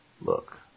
Look